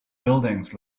buildings